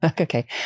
Okay